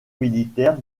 militaire